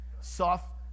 soft